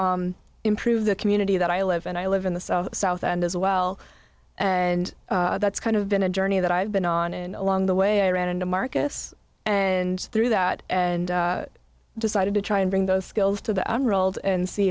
to improve the community that i live and i live in the south end as well and that's kind of been a journey that i've been on and along the way i ran into marcus and through that and decided to try and bring those skills to the enrolled and see